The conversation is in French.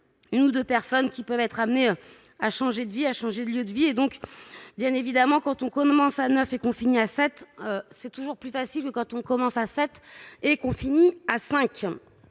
une ou 2 personnes qui peuvent être amenés à changer de vie a changé de lieu de vie et donc, bien évidemment, quand on commence à 9 et confiné à 7 c'est toujours plus facile quand on commence à 7 et qu'on finit à 5